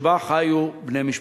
שבה חיו בני משפחתי.